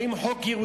האם חוק ירושלים,